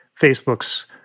Facebook's